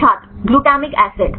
छात्र glutamic acid